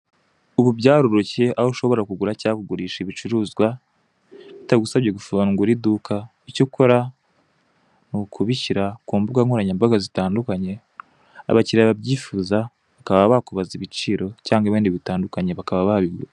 Ubu byaroroshye, aho ushobora kugura cyangwa kugurisha ibicuruzwa bitagusabye gufungura iduka, icyo ukora, ni ukubishyira ku mbuga nkoranyambaga zitandukanye, abakiriya babyifuza bakaba bakuzaba ibiciro, cyangwa ibindi bitandukanye, bakaba babigura.